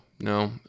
no